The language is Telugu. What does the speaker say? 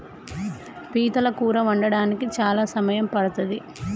పీతల కూర వండడానికి చాలా సమయం పడ్తది